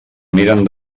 miren